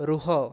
ରୁହ